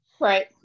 right